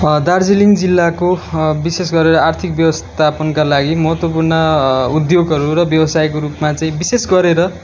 दार्जिलिङ जिल्लाको विशेष गरेर आर्थिक व्यवस्थापनका लागि महत्त्वपूर्ण उद्योगहरू र व्यावसायिकको रूपमा चाहिँ विशेष गरेर